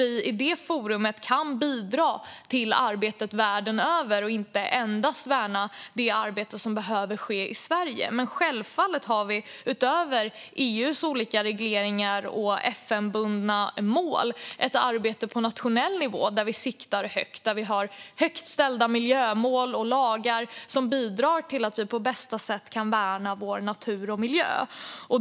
I det forumet kan vi bidra till arbetet världen över och inte endast värna det arbete som behöver ske i Sverige. Men utöver EU:s olika regleringar och FN-bundna mål har vi självfallet ett arbete på nationell nivå. Där siktar vi högt och har högt ställda miljömål och lagar som bidrar till att vi på bästa sätt kan värna vår natur och miljö.